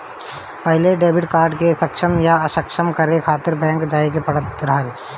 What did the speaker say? पहिले debit card के सक्षम या असक्षम करे खातिर बैंक जाए के पड़त रहल